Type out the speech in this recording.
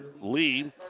Lee